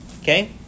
Okay